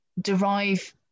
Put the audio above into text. derive